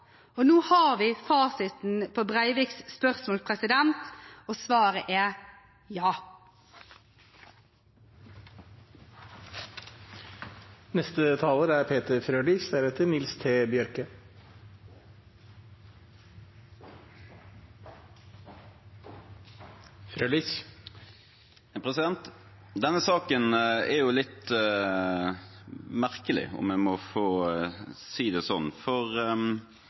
Og nå har vi fasiten på Breiviks spørsmål. Svaret er ja. Denne saken er litt merkelig, om jeg må få si det sånn, for den tar utgangspunkt i et premiss om at man skal gjenopprette en rettighet, og da må